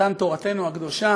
מתן תורתנו הקדושה.